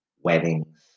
weddings